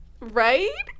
Right